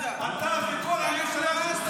לך לעזאזל, אתה וכל הממשלה שלך.